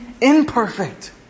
imperfect